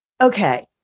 Okay